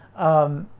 um,